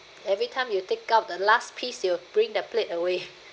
every time you take up the last piece they bring the plate away